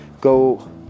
go